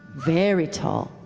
very tall,